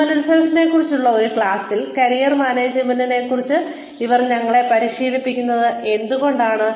human റിസോഴ്സിനെക്കുറിച്ചുള്ള ഒരു ക്ലാസ്സിൽ കരിയർ മാനേജ്മെന്റിനെക്കുറിച്ച് ഇവർ ഞങ്ങളെ പരിശീലിപ്പിക്കുന്നത് എന്തുകൊണ്ടാണ്